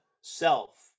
Self